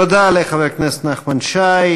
תודה לחבר הכנסת נחמן שי.